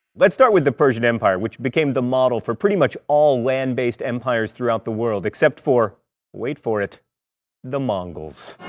let's start with the persian empire, which became the model for pretty much all land-based empires throughout the world. except for wait for it the mongols.